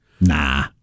Nah